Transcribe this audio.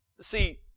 See